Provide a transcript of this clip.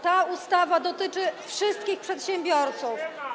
Ta ustawa dotyczy wszystkich przedsiębiorców.